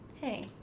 hey